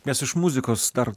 mes iš muzikos dar